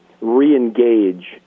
re-engage